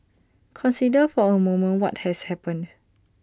consider for A moment what has happened